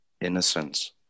innocence